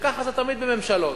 שככה זה תמיד בממשלות,